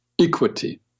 equity